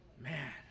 Man